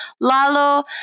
Lalo